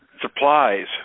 supplies